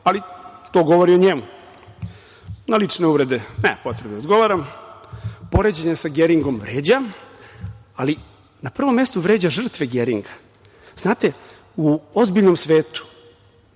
ali to govori o njemu. Na lične uvrede nema potrebe da odgovaram. Poređenje sa Geringom vređa, ali na prvom mestu vređa žrtve Geringa. Znate, u ozbiljnom svetu